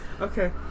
Okay